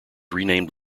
renamed